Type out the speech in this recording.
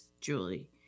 Julie